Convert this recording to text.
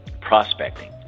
prospecting